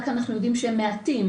אנחנו רק יודעים שהם מעטים.